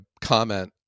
comment